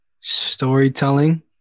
storytelling